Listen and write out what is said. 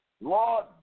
Lord